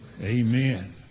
Amen